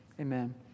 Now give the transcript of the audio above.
amen